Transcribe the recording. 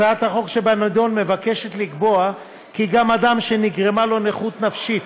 הצעת החוק שבנדון מבקשת לקבוע כי גם אדם שנגרמה לו נכות נפשית